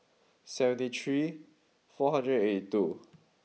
seventy three four hundred and eighty two